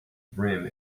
brim